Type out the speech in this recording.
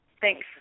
Thanks